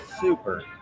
super